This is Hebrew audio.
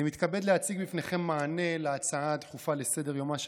אני מתכבד להציג בפניכם מענה על ההצעה הדחופה לסדר-היום של